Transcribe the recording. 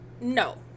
no